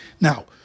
Now